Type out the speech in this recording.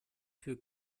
für